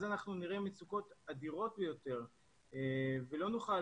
אז נראה מצוקות אדירות ביותר ולא נוכל